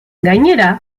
gainera